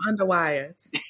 underwires